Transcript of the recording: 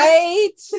Right